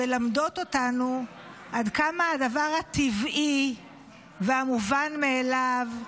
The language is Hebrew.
מלמדות אותנו עד כמה הדבר טבעי ומובן מאליו,